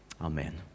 Amen